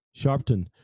Sharpton